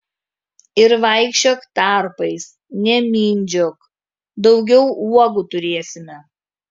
ir vaikščiok tarpais nemindžiok daugiau uogų turėsime